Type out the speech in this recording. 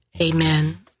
Amen